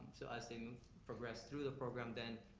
so i say progress through the program then,